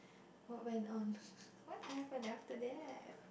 what went on want have and after that